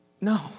No